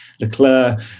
Leclerc